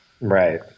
Right